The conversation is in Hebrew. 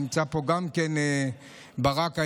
נמצא פה גם כן רם בן ברק היקר,